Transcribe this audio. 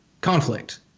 conflict